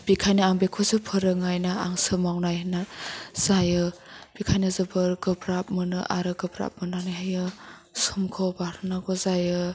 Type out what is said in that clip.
बिखायनो आं बिखौसो फोरोंनाय ना आंसो मावनाय होन्नाय जायो बिखायनो जोबोर गोब्राब मोनो आरो गोब्राब मोन्नानैहायो समखौ बारहोनांगौ जायो